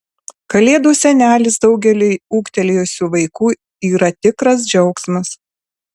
kalėdų senelis daugeliui ūgtelėjusių vaikų yra tikras džiaugsmas